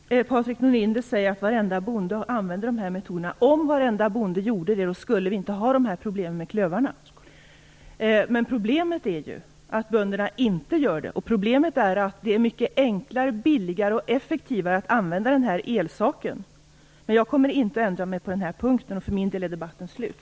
Herr talman! Patrik Norinder säger att varenda bonde använder dessa metoder. Om varenda bonde gjorde det, skulle vi inte ha det här problemet med klövarna. Men problemet är ju att bönderna inte använder dessa metoder och att det är mycket enklare, billigare och effektivare att använda denna elsak. Men jag kommer inte att ändra mig på den här punkten, och för min del är denna debatt slut.